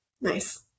Nice